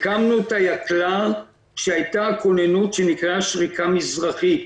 הקמנו את היקל"ר שהיתה כוננות שנקראה "שריקה מזחרית".